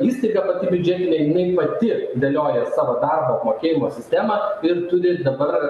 įstaiga pati biudžetinė jinai pati dėlioja savo darbo apmokėjimo sistemą ir turi dabar